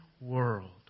world